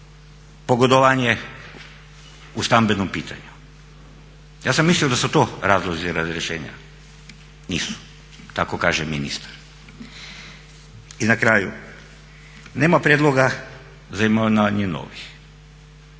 pogodovanje u stambenom pitanju. Ja sam mislio da su to razlozi razrješenja. Nisu, tako kaže ministar. I na kraju, nema prijedloga za imenovanje novih.